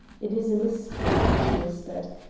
it is a mystery, she whispered,